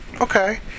Okay